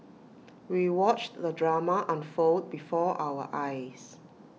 we watched the drama unfold before our eyes